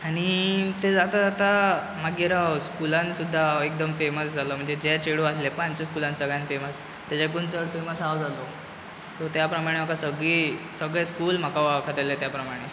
आनी तें जाता जाता मागीर स्कुलान सुद्दां एकदम फेमस जालो म्हणजें जें चेडू आहलें पय आमच्या स्कुलान सगल्यान फेमस तेजाकून चड फेमस हांव जालो सो त्या प्रमाणें म्हाका सगलीं सगळें स्कूल म्हाका वळखोंक लागलें त्या प्रमाणें